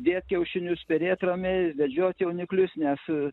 dėt kiaušinius perėt ramiai vedžiot jauniklius nes